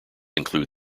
include